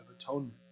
Atonement